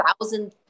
thousand